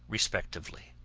respectively.